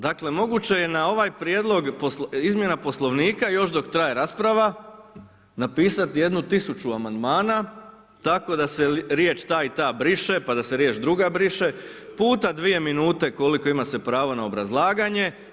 Dakle moguće je na ovaj prijedlog izmjena Poslovnika još dok traje rasprava napisati jedno tisuću amandmana tako da se riječ ta i ta briše, pa da se riječ druga briše puta dvije minute koliko ima se pravo na obrazlaganje.